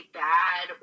bad